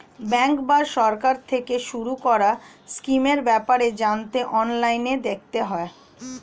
bank বা সরকার থেকে শুরু করা স্কিমের ব্যাপারে জানতে অনলাইনে দেখতে হয়